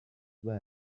were